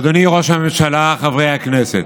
אדוני ראש הממשלה, חברי הכנסת,